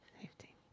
safety